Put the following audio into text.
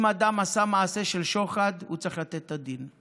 אם אדם עשה מעשה של שוחד, הוא צריך לתת את הדין.